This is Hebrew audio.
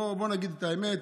בוא נגיד את האמת.